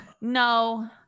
No